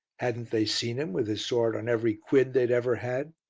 hadn't they seen him with his sword on every quid they'd ever had?